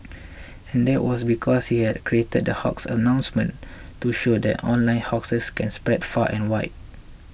and that was because he had created the hoax announcement to show that online hoaxes can spread far and wide